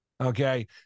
Okay